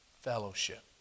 Fellowship